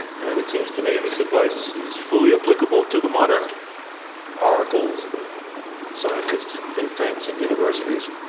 and it seems to me this advice is fully applicable to the modern oracles, the scientists, and think tanks and universities.